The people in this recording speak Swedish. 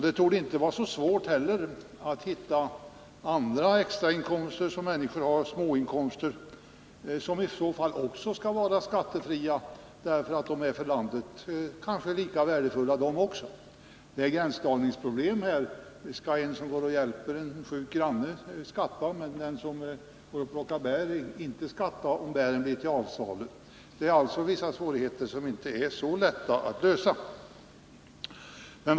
Det torde inte heller vara svårt att hitta andra extrainkomster som människor har — små inkomster som i så fall också skall vara skattefria därför att de kan vara lika värdefulla för landet. Men här har vi problem med gränsdragningen. Skall den som hjälper en sjuk granne behöva skatta, medan den som plockar bär inte behöver skatta för de bär som blir till avsalu? Det finns här alltså vissa problem som det inte är så lätt att komma till rätta med.